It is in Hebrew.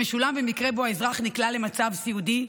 שמשולם במקרה שבו האזרח נקלע למצב סיעודי,